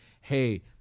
hey